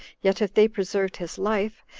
yet if they preserved his life,